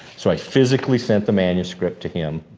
so, i physically sent the manuscript to him,